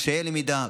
קשיי למידה,